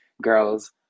Girls